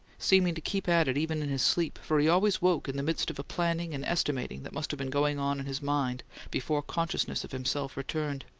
seeming to keep at it even in his sleep, for he always woke in the midst of a planning and estimating that must have been going on in his mind before consciousness of himself returned.